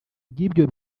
bw’ibyo